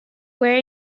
were